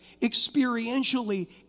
experientially